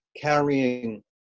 carrying